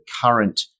current